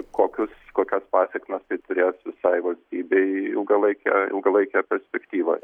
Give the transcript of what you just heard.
kokius kokias pasekmes turės visai valstybei ilgalaikė ilgalaikėje perspektyvoje